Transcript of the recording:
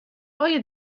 آیا